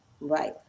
right